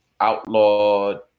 outlawed